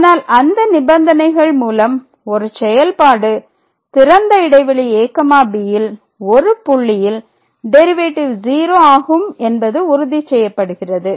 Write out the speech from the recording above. எனவே அந்த நிபந்தனைகள் மூலம் ஒரு செயல்பாடு திறந்த இடைவெளி ab ல் ஒரு புள்ளியில் டெரிவேட்டிவ் 0 ஆகும் என்பது உறுதி செய்யப்படுகிறது